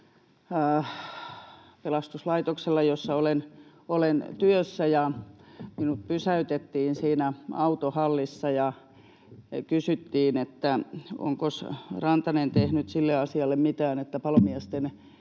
pelastuslaitoksella, jossa olen työssä, ja minut pysäytettiin siinä autohallissa ja kysyttiin, että onkos Rantanen tehnyt sille asialle mitään, että palomiesten